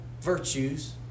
virtues